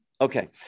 Okay